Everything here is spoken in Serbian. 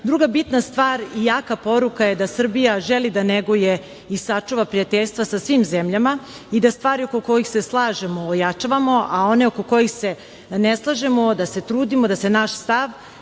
bitna stvar i jaka poruka je da Srbija želi da neguje i sačuva prijateljstva sa svim zemljama i da stvari oko kojih se slažemo ojačavamo, a one oko kojih se ne slažemo, da se trudimo da se naš stav,